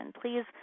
Please